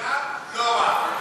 גם, לא רק.